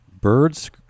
birds